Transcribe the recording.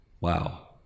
wow